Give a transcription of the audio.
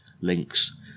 links